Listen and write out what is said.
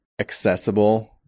accessible